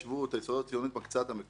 ההסתדרות הציונית מקצה את המקרקעין,